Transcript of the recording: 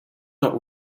not